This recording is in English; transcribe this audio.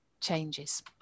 changes